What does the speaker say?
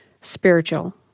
spiritual